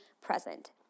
present